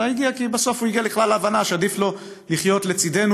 אלא הגיע כי בסוף הוא הגיע לכלל ההבנה שעדיף לו לחיות לצידנו,